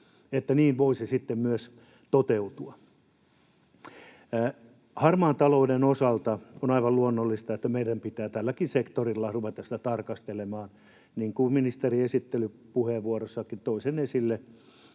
niin voisi sitten myös toteutua. Harmaan talouden osalta on aivan luonnollista, että meidän pitää tälläkin sektorilla ruveta sitä tarkastelemaan, niin kuin ministeri esittelypuheenvuorossaankin toi esille.